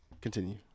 Continue